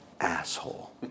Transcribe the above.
asshole